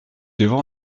devrais